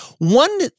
one